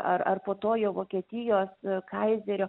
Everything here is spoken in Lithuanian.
ar ar po to jo vokietijos kaizerio